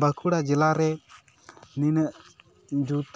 ᱵᱟᱸᱠᱩᱲᱟ ᱡᱮᱞᱟᱨᱮ ᱱᱤᱱᱟᱹᱜ ᱡᱩᱛ